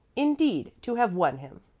indeed, to have won him.